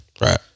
Right